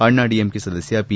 ಅಣ್ನಾಡಿಎಂಕೆ ಸದಸ್ನ ಪಿ